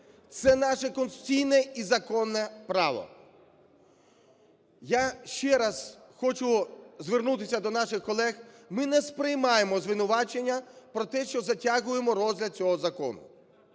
Це наше конституційне і законне право. Я ще раз хочу звернутися до наших колег. Ми не сприймаємо звинувачення про те, що затягуємо розгляд цього закону.